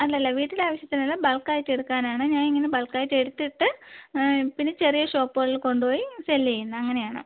അല്ലല്ല വീട്ടിലാവശ്യത്തിനല്ല ബൾക്കായിട്ടെടുക്കാനാണ് ഞാനിങ്ങനെ ബൾക്കായിട്ടെടുത്തിട്ട് പിന്നെ ചെറിയ ഷോപ്പുകളിൽ കൊണ്ടുപോയി സെല്ല് ചെയ്യുന്നു അങ്ങനെയാണ്